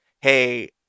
hey